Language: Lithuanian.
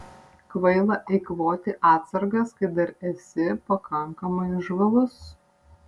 kvaila eikvoti atsargas kai dar esi pakankamai žvalus